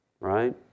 right